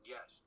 Yes